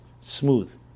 smooth